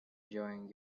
enjoying